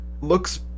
looks